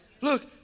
look